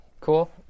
cool